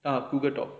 நா:naa